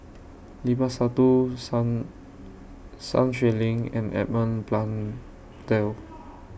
Limat Sabtu Sun Xueling and Edmund Blundell